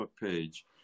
page